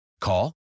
Call